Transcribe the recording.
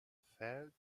fällt